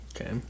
Okay